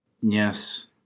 Yes